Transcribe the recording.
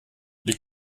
les